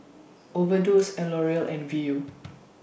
Overdose L'Oreal and Viu